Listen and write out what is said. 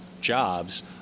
jobs